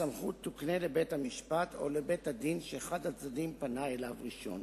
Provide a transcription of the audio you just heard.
הסמכות תוקנה לבית-המשפט או לבית-הדין שאחד הצדדים פנה אליו ראשון.